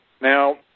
Now